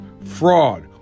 fraud